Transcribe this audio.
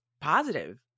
positive